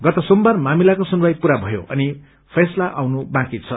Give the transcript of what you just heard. गत सोमबार मामिलाको सुनवाई पूरा भयो अनि फैसला आउनु बाँकी छ